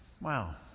Wow